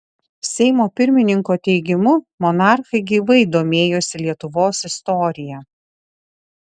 seimo pirmininko teigimu monarchai gyvai domėjosi lietuvos istorija